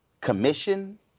Commission